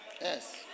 Yes